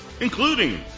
including